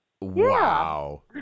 Wow